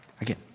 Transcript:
Again